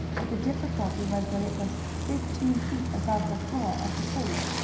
but the difficulty was that it was fifteen feet above the floor of the cave.